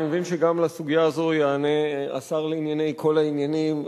אני מבין שגם בסוגיה הזאת יענה השר לענייני כל העניינים,